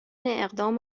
اقدام